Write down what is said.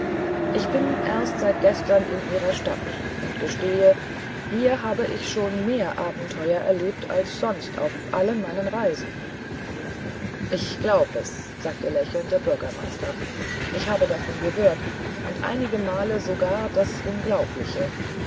ich bin erst seit gestern in ihrer stadt und gestehe hier habe ich schon mehr abenteuer erlebt als sonst auf allen meinen reisen ich glaub es sagte lächelnd der bürgermeister ich habe davon gehört und einigemal sogar das unglaubliche